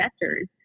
investors